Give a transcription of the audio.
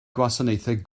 gwasanaethau